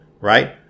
right